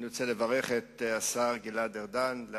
אני רוצה לברך את השר גלעד ארדן על